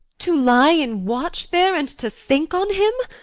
to lie in watch there, and to think on him?